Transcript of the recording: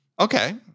okay